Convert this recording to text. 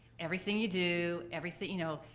everything you do, everything, you know.